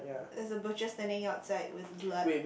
there's a butcher standing outside with blood